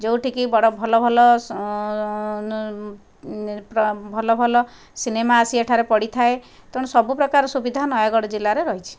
ଯେଉଁଠିକି ବଡ଼ ଭଲ ଭଲ ଭଲ ଭଲ ସିନେମା ଆସି ଏଠାରେ ପଡ଼ିଥାଏ ତେଣୁ ସବୁପ୍ରକାର ସୁବିଧା ନୟାଗଡ଼ ଜିଲ୍ଲାରେ ରହିଛି